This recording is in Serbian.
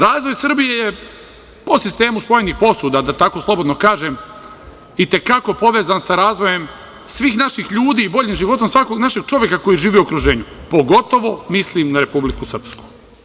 Razvoj Srbije je po sistemu spoljnih posuda, da tako slobodno kažem, i te kako povezan sa razvojem svih naših ljudi, boljim životom svakog našeg čoveka koji živi u okruženju, pogotovo mislim na Republiku Srpsku.